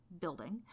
building